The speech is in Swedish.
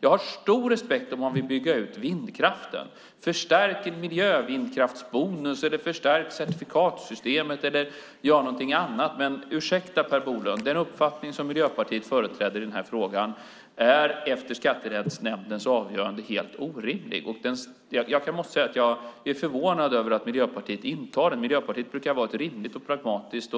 Jag har stor respekt för om man vill bygga ut vindkraften, förstärka miljövindkraftsbonus eller förstärka certifikatssystemet, men den uppfattning som Miljöpartiet företräder i den här frågan är efter Skatterättsnämndens avgörande helt orimlig. Jag är förvånad över Miljöpartiet intar den ställningen. Miljöpartiet brukar vara ett rimligt, pragmatiskt